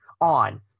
on